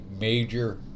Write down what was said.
major